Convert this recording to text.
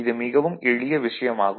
இது மிகவும் எளிய விஷயம் ஆகும்